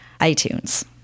iTunes